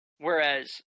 Whereas